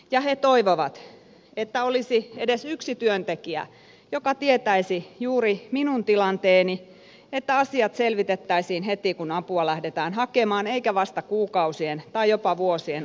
he toivovat että olisi edes yksi työntekijä joka tietäisi juuri minun tilanteeni että asiat selvitettäisiin heti kun apua lähdetään hakemaan eikä vasta kuukausien tai jopa vuosien odottelun jälkeen